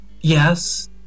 yes